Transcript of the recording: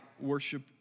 worship